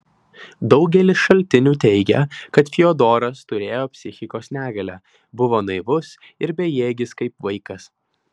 daugelis šaltinių teigia kad fiodoras turėjo psichikos negalę buvo naivus ir bejėgis kaip vaikas